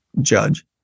judge